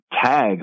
tag